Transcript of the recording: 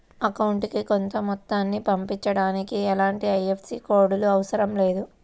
అకౌంటుకి కొంత మొత్తాన్ని పంపించడానికి ఎలాంటి ఐఎఫ్ఎస్సి కోడ్ లు అవసరం లేదు